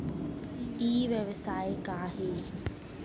ई व्यवसाय का हे?